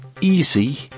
easy